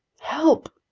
help!